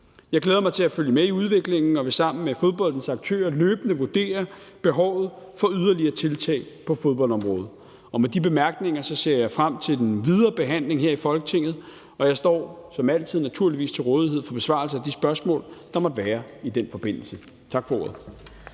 Jeg glæder mig til at følge med i udviklingen og vil sammen med fodboldens aktører løbende vurdere behovet for yderligere tiltag på fodboldområdet. Med de bemærkninger ser jeg frem til den videre behandling her i Folketinget, og jeg står som altid naturligvis til rådighed for besvarelse af de spørgsmål, der måtte være i den forbindelse. Tak for ordet.